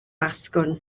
asgwrn